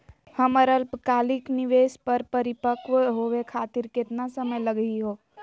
हमर अल्पकालिक निवेस क परिपक्व होवे खातिर केतना समय लगही हो?